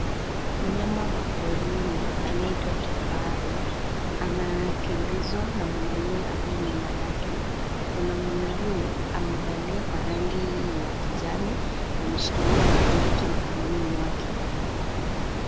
Mnyama wa porini, anayeitwa kifaru, anakimbizwa na mwanamume aliye nyuma yake. Mwanamume huyo, amevalia kwa rangi ya kijani, na ameshikilia blanketi mkononi mwake.